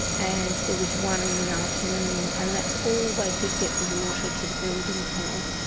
and there was one in the afternoon and that's all they could get the water to the building for.